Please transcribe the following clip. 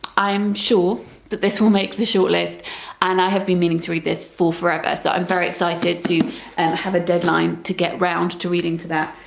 i'm sure that this will make the shortlist and i have been meaning to read this for forever so i'm very excited to and have a deadline to get round to reading to that,